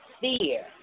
fear